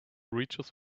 reaches